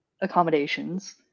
accommodations